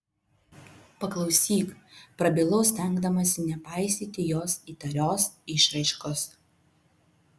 paklausyk prabilau stengdamasi nepaisyti jos įtarios išraiškos